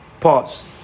Pause